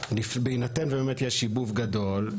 בהינתן ובאמת יהיה שיבוב גדול,